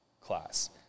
class